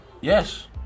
Yes